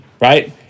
right